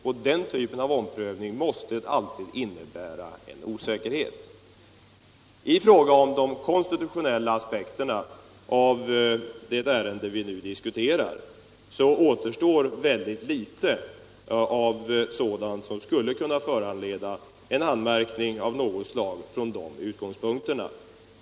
Och den typen av omprövning måste alltid innebära en osäkerhet. I fråga om de konstitutionella aspekterna av det ärende vi nu diskuterar återstår ytterst litet av sådant som skulle kunna föranleda en anmärkning av något slag.